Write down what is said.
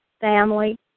family